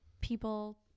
people